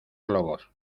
globos